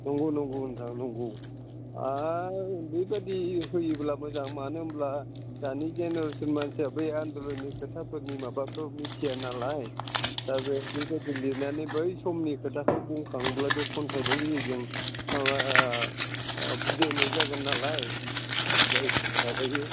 नंगौ नंगौ नोंथां नंगौ बेबादि होयोब्ला मोजां मानो होनब्ला दानि जेनेरेसन मानसिया बै आन्दलननि खोथाफोरनि माबाखौ मिथिया नालाय दा बे बेबादि लिरनानै बै समनि खोथाखौ बुंखांब्ला बे खन्थाइनि गेजेरजों माबा बुजायनाय जागोन नालाय जायफोरा माबायो